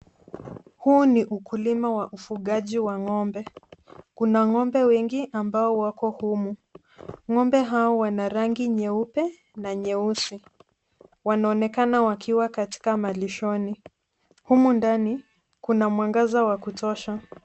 Huu ni ukulima wa ufugaji wa ng'ombe. Kuna ng'ombe wengi ambao wako humu. Ng'ombe hao wana rangi nyeupe na nyeusi. Wanaonekana wakiwa katika malishoni. Humu ndani kuna mwangaza wa kutosha.